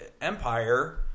Empire